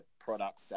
product